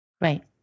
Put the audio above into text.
right